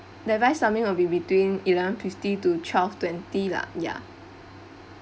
the advice coming will be between eleven fifty to twelve twenty lah ya